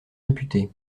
réputées